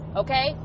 okay